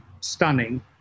stunning